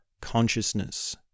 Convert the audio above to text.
consciousness